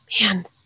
man